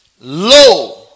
Lo